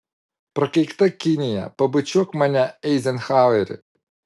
prakeikta kinija pabučiuok mane eizenhaueri